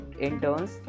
interns